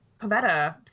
Pavetta